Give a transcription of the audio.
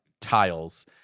tiles